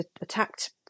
attacked